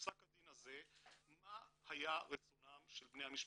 בפסק הדין הזה מה היה רצונם של בני המשפחה.